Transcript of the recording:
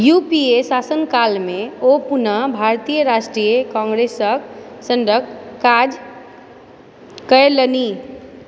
U P A शासनकालमे ओ पुनः भारतीय राष्ट्रीय काँग्रेसक सङ्ग काज कयलनि